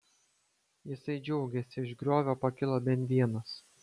jisai džiaugėsi iš griovio pakilo bent vienas